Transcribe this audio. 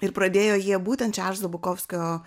ir pradėjo jie būtent čarlzo bukovskio